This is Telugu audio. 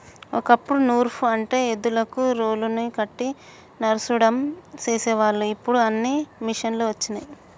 ఓ కప్పుడు నూర్పు అంటే ఎద్దులకు రోలుని కట్టి నూర్సడం చేసేవాళ్ళు ఇప్పుడు అన్నీ మిషనులు వచ్చినయ్